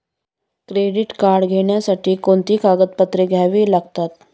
Credit card घेण्यासाठी कोणती कागदपत्रे घ्यावी लागतात?